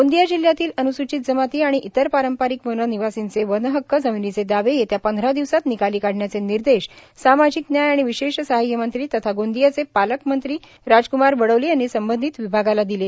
गोंदिया जिल्ह्यातील अन्सूचित जमाती आणि इतर पारंपारिक वन निवार्सींचे वन हक्क जमिनीचे दावे येत्या पंधरा दिवसात निकाली काढण्याचे निर्देश सामाजिक न्याय व विशेष सहाय्य मंत्री तथा गोंदिया जिल्ह्याचे पालकमंत्री राजक्मार बडोले यांनी संबंधित विभागाला दिले